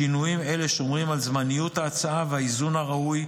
שינויים אלה שומרים על זמניות ההצעה ועל האיזון הראוי.